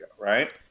right